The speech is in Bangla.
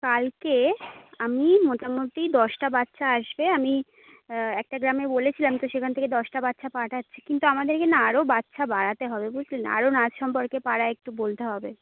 কালকে আমি মোটামোটি দশটা বাচ্ছা আসবে আমি একটা গ্রামে বলেছিলাম তো সেখান থেকে দশটা বাচ্ছা পাঠাচ্ছি কিন্তু আমাদেরকে না আরো বাচ্ছা বাড়াতে হবে বুঝলেন আরো নাচ সম্পর্কে পাড়ায় একটু বলতে হবে